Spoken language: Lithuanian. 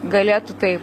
galėtų taip